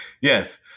Yes